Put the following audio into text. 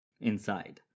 inside